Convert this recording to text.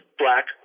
black